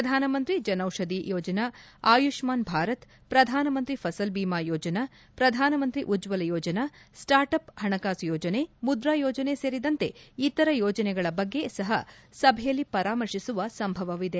ಪ್ರಧಾನಮಂತ್ರಿ ಜನೌಷಧಿ ಯೋಜನಾ ಆಯುಷ್ಮಾನ್ ಭಾರತ್ ಪ್ರಧಾನಮಂತ್ರಿ ಫಸಲ್ ಬೀಮಾ ಯೋಜನಾ ಪ್ರಧಾನಮಂತ್ರಿ ಉಜ್ವಲ ಯೋಜನಾ ಸ್ಟಾರ್ಟ್ಅಪ್ ಪಣಕಾಸು ಯೋಜನೆ ಮುದ್ರಾ ಯೋಜನೆ ಸೇರಿದಂತೆ ಇತರ ಯೋಜನೆಗಳ ಬಗ್ಗೆ ಸಹ ಸಭೆಯಲ್ಲಿ ಪರಾಮರ್ಶಿಸುವ ಸಂಭವವಿದೆ